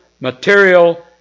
material